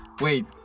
wait